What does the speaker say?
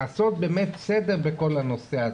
לעשות באמת סדר בכל הנושא הזה,